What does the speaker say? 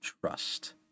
trust